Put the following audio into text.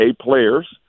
players